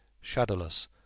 shadowless